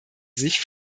sich